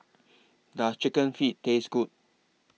Does Chicken Feet Taste Good